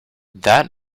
that